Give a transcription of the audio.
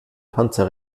panzer